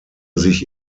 sich